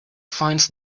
finds